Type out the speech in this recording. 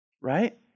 Right